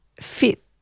fit